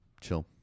Chill